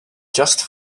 just